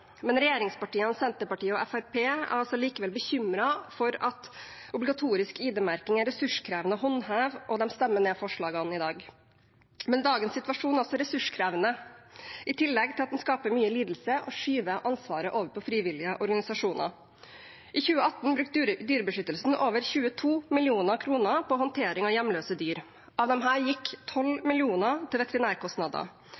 men regjeringspartiene, Senterpartiet og Fremskrittspartiet er altså likevel bekymret for at obligatorisk ID-merking er ressurskrevende å håndheve, og de stemmer ned forslagene i dag. Men dagens situasjon er også ressurskrevende, i tillegg til at den skaper mye lidelse og skyver ansvaret over på frivillige organisasjoner. I 2018 brukte Dyrebeskyttelsen over 22 mill. kr på håndtering av hjemløse dyr. Av disse gikk